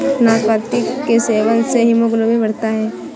नाशपाती के सेवन से हीमोग्लोबिन बढ़ता है